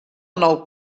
nou